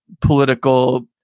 political